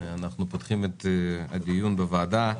אנחנו פותחים את הדיון בוועדה.